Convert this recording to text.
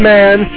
Man